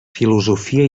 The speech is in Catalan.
filosofia